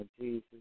Jesus